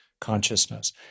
consciousness